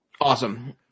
awesome